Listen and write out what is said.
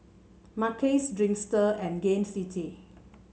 Mackays Dreamster and Gain City